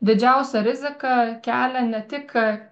didžiausią riziką kelia ne tik